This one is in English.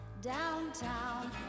Downtown